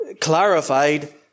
clarified